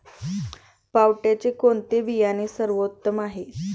पावट्याचे कोणते बियाणे सर्वोत्तम आहे?